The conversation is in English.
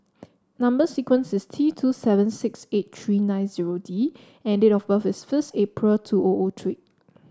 number sequence is T two seven six eight three nine zero D and date of birth is first April two O O three